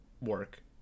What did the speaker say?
work